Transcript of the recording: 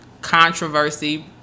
Controversy